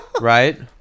right